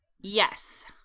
Yes